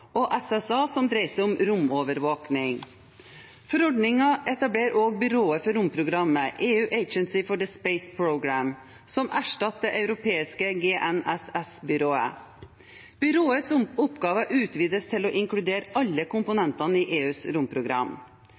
romovervåkning. Forordningen etablerer også byrået for romprogrammet EU Agency for the Space Programme, som erstatter det europeiske GNSS-byrået. Byråets oppgaver utvides til å inkludere alle komponentene i EUs romprogram.